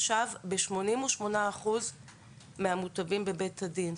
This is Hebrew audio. ישב ב-88% מהמותבים בבית הדין.